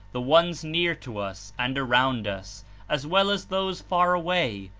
the ones near to us and around us as well as those far away,